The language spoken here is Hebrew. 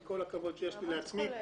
עם כל הכבוד שיש לי לעצמי,